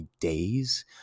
days